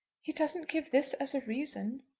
he doesn't give this as a reason.